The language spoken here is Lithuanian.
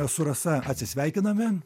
su rasa atsisveikiname